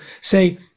say